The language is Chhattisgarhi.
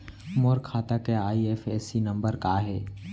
मोर खाता के आई.एफ.एस.सी नम्बर का हे?